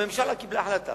הממשלה קיבלה החלטה